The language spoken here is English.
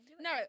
No